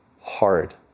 hard